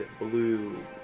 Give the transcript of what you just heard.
blue